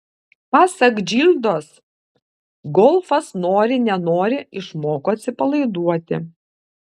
pasak džildos golfas nori nenori išmoko atsipalaiduoti